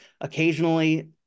Occasionally